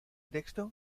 texto